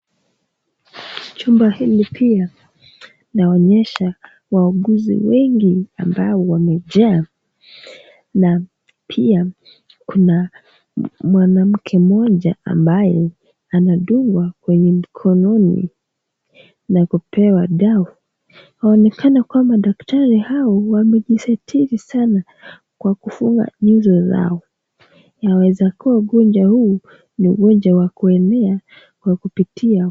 Chumba hili pia laonyesha wauguzi wengi ambao wamejaa na pia kuna mwanamke mmoja ambaye anadungwa kwenye mkononi na kupewa dawa. Yaonekana kwamba daktari hawa wamejizatiti sana kwa kufunga nyuso zao. Yawezakuwa ugonjwa huu ni ugonjwa wa kuenea kwa kupitia.